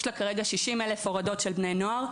כרגע יש לה 60 אלף הורדות של בני נוער.